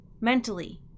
mentally